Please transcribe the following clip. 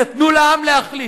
הנה, תנו לעם להחליט.